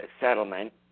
settlement